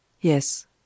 Yes